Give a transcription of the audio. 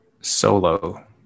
Solo